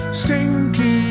stinky